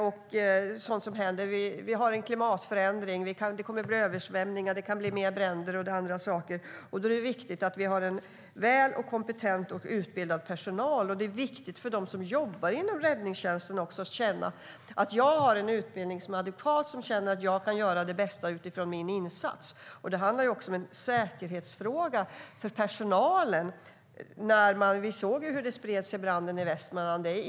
Det kan ske klimatförändringar, översvämningar och fler bränder. Då är det viktigt att vi har en väl utbildad och kompetent personal. Det är också viktigt för dem som jobbar inom räddningstjänsten att känna att man har en utbildning som är adekvat för att man ska kunna göra det bästa under sin insats. Det är också en säkerhetsfråga för personalen. Vi såg ju hur branden i Västmanland spred sig.